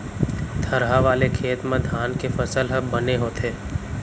थरहा वाले खेत म धान के फसल ह बने होथे